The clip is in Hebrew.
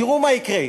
תראו מה יקרה.